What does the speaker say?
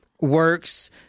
works